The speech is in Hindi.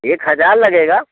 एक हज़ार लगेगा